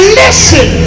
listen